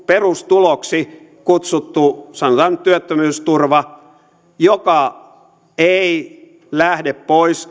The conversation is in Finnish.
perustuloksi kutsuttu sanotaan nyt työttömyysturva joka ei lähde pois